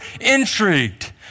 intrigued